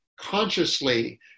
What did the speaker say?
consciously